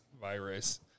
virus